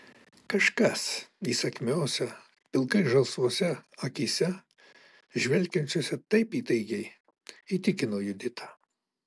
kažkas įsakmiose pilkai žalsvose akyse žvelgiančiose taip įtaigiai įtikino juditą